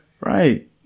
Right